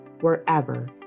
wherever